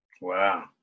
Wow